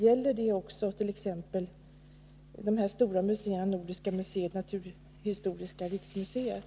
Gäller det också de här stora museerna, Nordiska museet och Naturhistoriska riksmuseet?